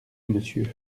monsieur